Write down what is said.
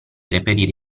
reperire